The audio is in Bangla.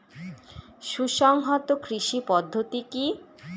সুসংহত কৃষি পদ্ধতি কি?